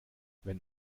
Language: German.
wenn